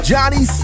Johnny